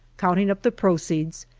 counting up the proceeds,